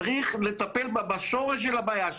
צריך לטפל בשורש של הבעיה,